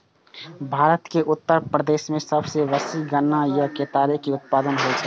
भारत के उत्तर प्रदेश मे सबसं बेसी गन्ना या केतारी के उत्पादन होइ छै